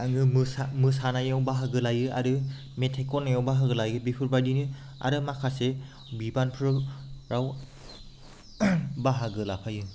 आङो मोसानायाव बाहागो लायो आरो मेथाइ खननायाव बाहागो लायो बेफोरबायदिनो आरो माखासे बिबानफोराव बाहागो लाफायो